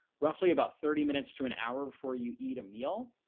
roughly about thirty minutes to an hour before you eat a meal.